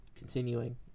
Continuing